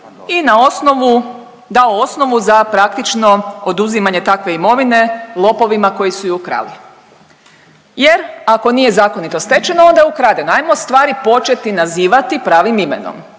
dao osnovu za praktično oduzimanje takve imovine lopovima koji su ju krali. Jer ako nije zakonito stečena onda je ukradena, ajmo stvari početi nazivati pravim imenom,